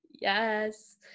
Yes